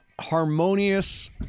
harmonious